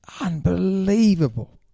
Unbelievable